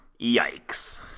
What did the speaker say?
Yikes